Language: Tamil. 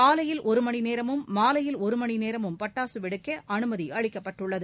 காலையில் ஒரு மணிநேரமும் மாலையில் ஒரு மணிநேரமும் பட்டாசு வெடிக்க அனுமதி அளிக்கப்பட்டுள்ளது